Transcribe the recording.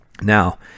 Now